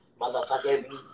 motherfucker